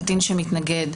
קטין שמתנגד,